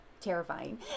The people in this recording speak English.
terrifying